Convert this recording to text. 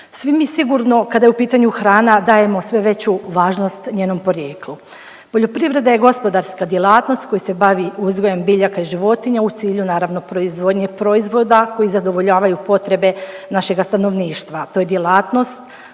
Svi mi sigurno kada je u pitanju hrana, dajemo sve veću važnost njenom porijeklu. Poljoprivreda je gospodarska djelatnost koja se bavi uzgojem biljaka i životinja u cilju naravno proizvodnje proizvoda koji zadovoljavaju potrebe našega stanovništva. To je djelatnost